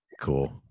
Cool